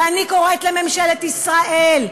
ואני קוראת לממשלת ישראל,